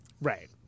Right